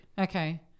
okay